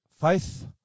faith